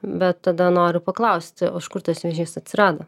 bet tada noriu paklausti o iš kur tas vėžys atsirado